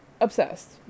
Obsessed